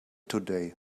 today